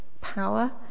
power